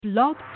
Blog